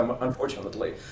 unfortunately